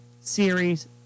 series